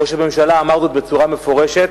ראש הממשלה אמר זאת בצורה מפורשת,